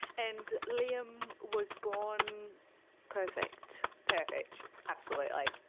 and liam was born perfect. perfect. absolutely.